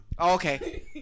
Okay